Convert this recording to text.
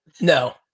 no